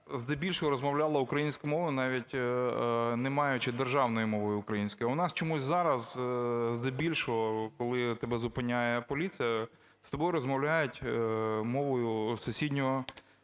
здебільшого розмовляла українською мовою, навіть не маючи державної мови української. А в нас чомусь зараз здебільшого, коли тебе зупиняє поліція, з тобою розмовляють мовою сусідньої